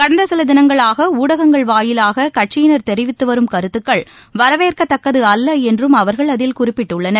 கடந்த சில தினங்களாக ஊடகங்கள் வாயிலாக கட்சியினர் தெரிவித்துவரும் கருத்துக்கள் வரவேற்கத்தக்கது அல்ல என்றும் அவர்கள் அதில் குறிப்பிட்டுள்ளனர்